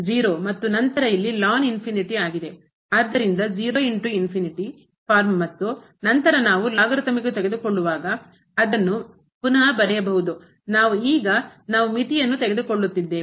ಆದ್ದರಿಂದ ಫಾರ್ಮ್ ಮತ್ತು ನಂತರ ನಾವು ಲಾಗರಿಥಮಿಕ್ ತೆಗೆದುಕೊಳ್ಳುವಾಗ ಅದನ್ನು ಪುನಃ ಬರೆಯಬಹುದು ನಾನು ಈಗ ನಾವು ಮಿತಿಯನ್ನು ತೆಗೆದು ಕೊಳ್ಳುತ್ತಿದ್ದೇವೆ